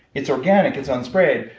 it's organic, it's unsprayed,